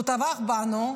כשהוא טבח בנו,